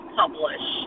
publish